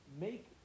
make